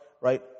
right